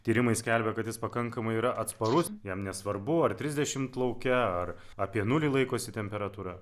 tyrimai skelbia kad jis pakankamai yra atsparus jam nesvarbu ar trisdešimt lauke ar apie nulį laikosi temperatūra